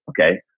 okay